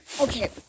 Okay